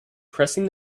pressing